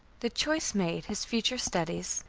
the choice made, his future studies,